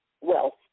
wealth